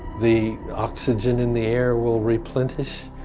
the oxygen in the air will replenish,